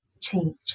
change